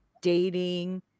dating